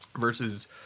versus